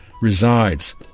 resides